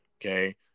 Okay